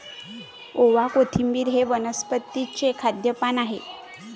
ओवा, कोथिंबिर हे वनस्पतीचे खाद्य पान आहे